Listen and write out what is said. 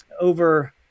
over